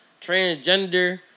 transgender